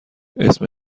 اسم